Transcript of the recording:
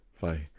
Bye